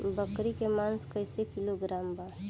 बकरी के मांस कईसे किलोग्राम बा?